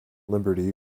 liberty